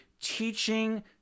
teaching